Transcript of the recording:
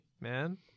man